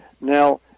Now